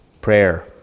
prayer